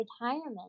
retirement